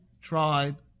tribe